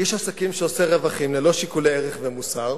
איש עסקים שעושה רווחים ללא שיקולי ערך ומוסר,